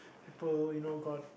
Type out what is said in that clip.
people you know got